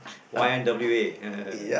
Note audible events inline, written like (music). Y_N_W_A (laughs)